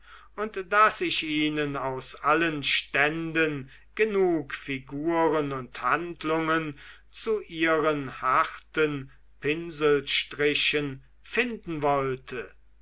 und daß ich ihnen aus allen ständen genug figuren und handlungen zu ihren harten pinselstrichen finden wollte